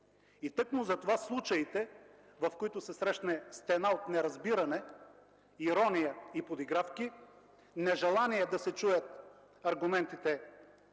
и тъкмо затова случаите, в които се срещне стена от неразбиране, ирония и подигравки, нежелание да се чуят аргументите